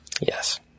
Yes